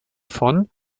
von